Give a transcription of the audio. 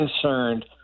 concerned –